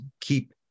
keep